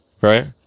right